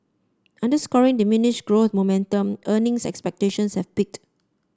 underscoring diminished growth momentum earning expectations have peaked